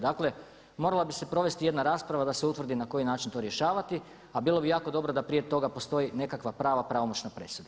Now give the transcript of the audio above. Dakle, morala bi se provesti jedna rasprava da se utvrdi na koji način to rješavati, a bilo bi jako dobro da prije toga postoji nekakva prava pravomoćna presuda.